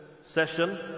session